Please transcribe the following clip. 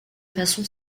façon